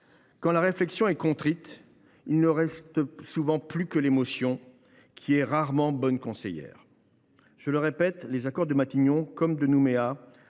Quand la réflexion est contrainte, il ne reste souvent plus que l’émotion, qui est rarement bonne conseillère. Les accords de Matignon comme de Nouméa